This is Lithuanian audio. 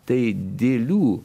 tai dėlių